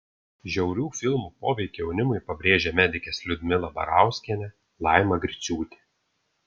žiaurių filmų poveikį jaunimui pabrėžė medikės liudmila barauskienė laima griciūtė